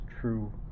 true